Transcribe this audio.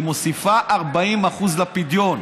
היא מוסיפה 40% לפדיון,